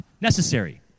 necessary